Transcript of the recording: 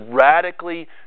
radically